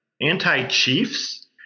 Anti-Chiefs